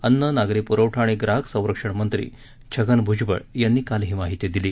अन्न नागरी पुरवठा आणि ग्राहक संरक्षण मंत्री छगन भूजबळ यांनी काल ही माहिती दिली